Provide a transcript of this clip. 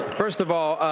first of all,